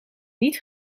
niet